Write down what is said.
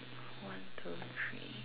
one two three